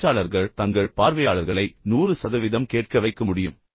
பேச்சாளர்கள் தங்கள் பார்வையாளர்களை 100 சதவீதம் கேட்க வைக்க முடியும்